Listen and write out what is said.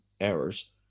errors